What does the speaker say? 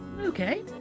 Okay